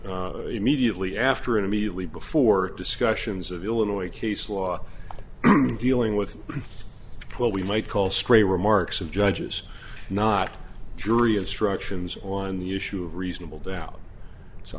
before immediately after and immediately before discussions of illinois case law dealing with what we might call stray remarks of judges not jury instructions on the issue of reasonable doubt so